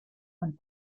und